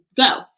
go